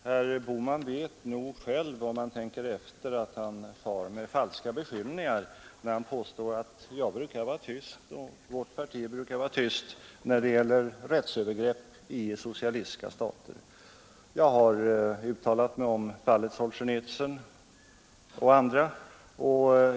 Herr talman! Herr Bohman vet nog själv, om han tänker efter, att han far med falska beskyllningar när han påstår att jag och mitt parti brukar vara tysta då det gäller rättsövergrepp i socialistiska stater. Jag har uttalat mig om fallet Solzjenitsyn och även om andra fall.